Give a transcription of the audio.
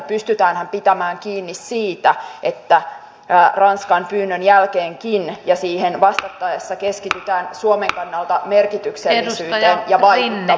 pystytäänhän pitämään kiinni siitä että ranskan pyynnön jälkeenkin ja siihen vastattaessa keskitytään suomen kannalta merkityksellisyyteen ja vaikuttavuuteen